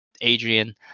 Adrian